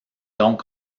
donc